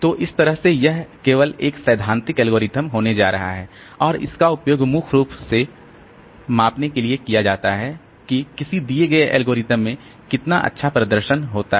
तो इस तरह यह केवल एक सैद्धांतिक ऐल्गरिदम होने जा रहा है और इसका उपयोग मुख्य रूप से मापने के लिए किया जाता है कि किसी दिए गए ऐल्गरिदम में कितना अच्छा प्रदर्शन होता है